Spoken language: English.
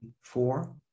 four